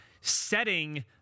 setting